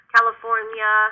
California